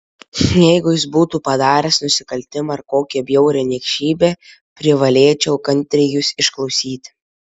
jeigu jis būtų padaręs nusikaltimą ar kokią bjaurią niekšybę privalėčiau kantriai jus išklausyti